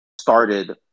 started